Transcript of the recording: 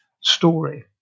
story